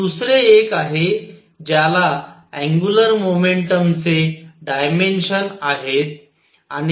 हे दुसरे एक आहे ज्याला अँग्युलर मोमेंटम चे डायमेन्शन आहे